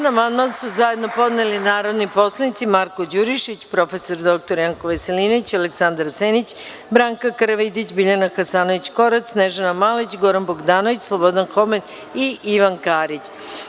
Na član 1. amandman su zajedno podneli narodni poslanici Marko Đurišić, prof. dr Janko Veselinović, Aleksandar Senić, Branka Karavidić, Biljana Hasanović Korać, Snežana Malović, Goran Bogdanović, Slobodan Homen i Ivan Karić.